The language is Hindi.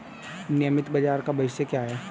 नियमित बाजार का भविष्य क्या है?